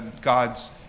God's